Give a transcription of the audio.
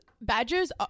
badgers